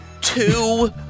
two